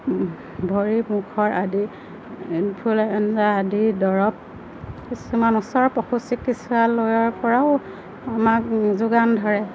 ভৰি মুখৰ আদি ইনফ্লুৱেঞ্জা আদি দৰৱ কিছুমান ওচৰৰ পশু চিকিৎসালয়ৰ পৰাও আমাক যোগান ধৰে